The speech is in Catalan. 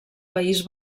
país